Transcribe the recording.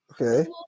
Okay